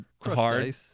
hard